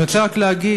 אני רוצה רק להגיד,